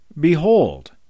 Behold